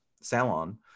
salon